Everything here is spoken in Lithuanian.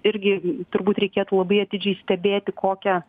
irgi turbūt reikėtų labai atidžiai stebėti kokią